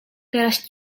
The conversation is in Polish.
teraz